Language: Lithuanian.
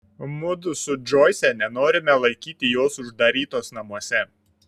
mudu su džoise nenorime laikyti jos uždarytos namuose